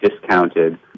discounted